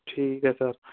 ਠੀਕ ਐ ਸਰ